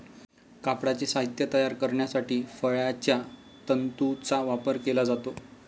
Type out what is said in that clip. कापडाचे साहित्य तयार करण्यासाठी फळांच्या तंतूंचा वापर केला जातो